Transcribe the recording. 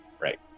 Right